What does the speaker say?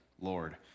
Lord